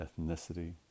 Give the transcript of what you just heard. ethnicity